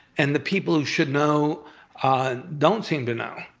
and the people who should know ah don't seem to know.